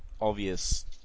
obvious